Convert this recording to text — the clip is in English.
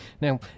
Now